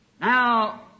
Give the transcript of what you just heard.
Now